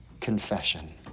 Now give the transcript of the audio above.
confession